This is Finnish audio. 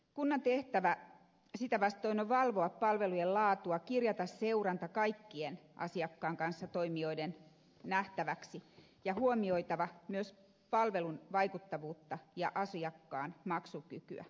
kunnan tehtävä sitä vastoin on valvoa palvelujen laatua kirjata seuranta kaikkien asiakkaan kanssa toimijoiden nähtäväksi ja huomioida myös palvelun vaikuttavuutta ja asiakkaan maksukykyä